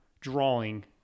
drawing